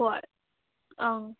ꯍꯣꯏ ꯑꯪ